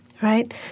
Right